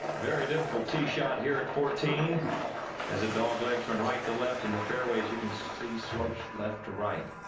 very difficult to shot here at fourteen has a dogleg from right to left in the fairways you can see slopes left to right.